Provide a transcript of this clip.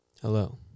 Hello